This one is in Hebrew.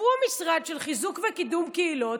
תפרו משרד של חיזוק וקידום קהילות,